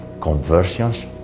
conversions